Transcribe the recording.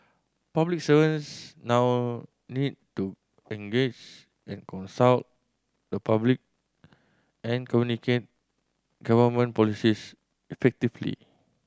public servants now need to engage and consult the public and communicate government policies effectively